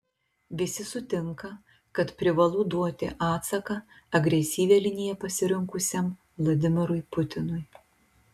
visi sutinka kad privalu duoti atsaką agresyvią liniją pasirinkusiam vladimirui putinui